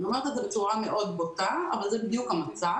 אני אומרת את זה בצורה בוטה מאוד אבל זה בדיוק המצב.